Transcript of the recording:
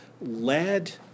lead